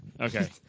Okay